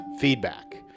feedback